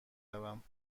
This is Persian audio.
روم